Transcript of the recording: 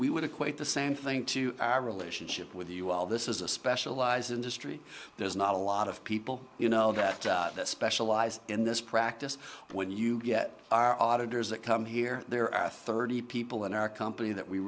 would equate the same thing to our relationship with you all this is a specialized industry there's not a lot of people you know that specialize in this practice when you get our auditors that come here there are thirty people in our company that we